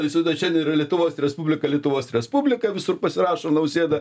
visada čia nėra lietuvos respublika lietuvos respublika visur pasirašo nausėda